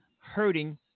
hurting